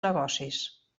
negocis